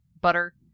butter